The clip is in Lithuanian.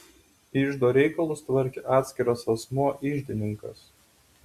iždo reikalus tvarkė atskiras asmuo iždininkas